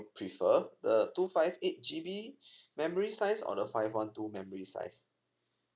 prefer uh two five eight G_B memory size or the five one two memory size